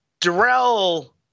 Darrell